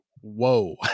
Whoa